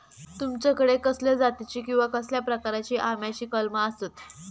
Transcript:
तुमच्याकडे कसल्या जातीची किवा कसल्या प्रकाराची आम्याची कलमा आसत?